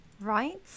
Right